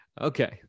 Okay